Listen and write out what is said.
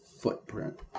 footprint